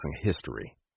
history